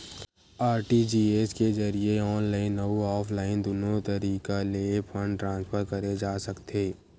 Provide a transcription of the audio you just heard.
RTGS के जरिए online अउ ऑफलाइन दुनो तरीका ले फंड ट्रांसफर करे जा सकथे